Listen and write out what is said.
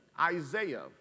Isaiah